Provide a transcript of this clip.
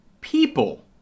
people